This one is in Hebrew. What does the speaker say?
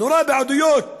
בעדויות